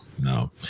no